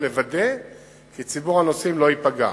לוודא כי ציבור הנוסעים לא ייפגע.